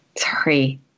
Sorry